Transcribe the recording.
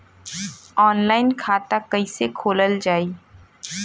Online खाता कईसे खोलल जाई?